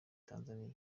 tanzania